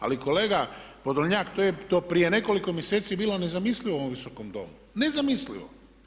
Ali kolega Podolnjak to prije nekoliko mjeseci je bilo nezamislivo u ovom Visokom domu, nezamislivo.